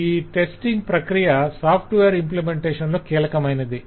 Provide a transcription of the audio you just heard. ఈ టెస్టింగ్ ప్రక్రియ software implementation లో కీలకమైనది